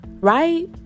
right